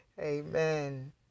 Amen